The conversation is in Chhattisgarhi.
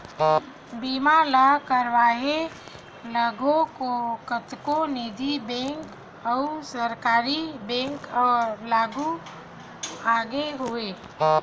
बीमा ल करवइया घलो कतको निजी बेंक अउ सरकारी बेंक आघु आगे हवय